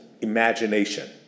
imagination